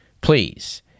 Please